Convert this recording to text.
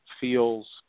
feels